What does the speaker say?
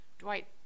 Dwight